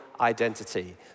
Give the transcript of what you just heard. identity